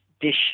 dish